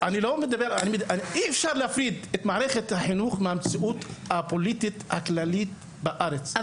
אי אפשר להפריד את מערכת החינוך מהמציאות הפוליטית הכללית בארץ,